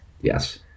Yes